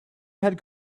had